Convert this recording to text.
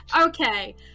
Okay